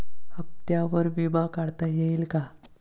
हप्त्यांवर विमा काढता येईल का?